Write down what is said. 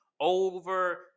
Over